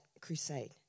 crusade